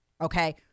Okay